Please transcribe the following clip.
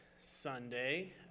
Sunday